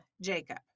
Jacob